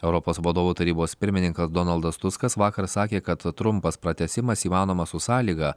europos vadovų tarybos pirmininkas donaldas tuskas vakar sakė kad trumpas pratęsimas įmanomas su sąlyga